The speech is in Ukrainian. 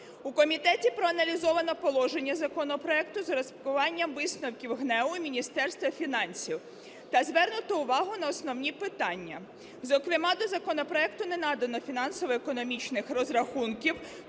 У комітеті проаналізовано положення законопроекту з врахуванням висновків ГНЕУ і Міністерства фінансів та звернуто увагу на основні питання. Зокрема, до законопроекту не надано фінансово-економічних розрахунків,